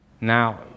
Now